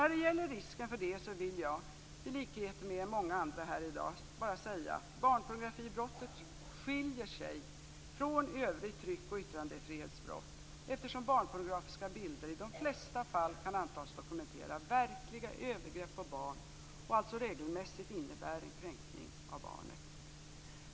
När det gäller risken för det vill jag, i likhet med många andra här i dag, bara säga att barnpornografibrottet skiljer sig från övriga tryck och yttrandefrihetsbrott, eftersom barnpornografiska bilder i de flesta fall kan antas dokumentera verkliga övergrepp på barn och alltså regelmässigt innebär en kränkning av barnet.